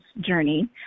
journey